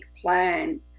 plan